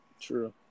True